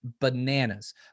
bananas